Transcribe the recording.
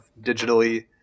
digitally